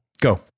Go